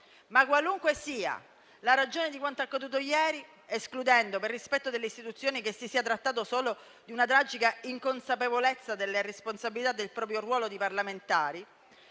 Qualunque sia la ragione di quanto accaduto ieri, escludendo, per rispetto delle istituzioni, che si sia trattato solo di una tragica inconsapevolezza delle responsabilità del proprio ruolo di parlamentari,